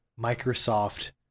Microsoft